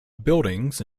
buildings